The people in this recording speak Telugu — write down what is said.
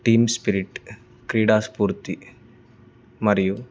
టీం స్పిరిట్ క్రీడాస్ఫూర్తి మరియు